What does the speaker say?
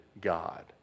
God